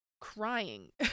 crying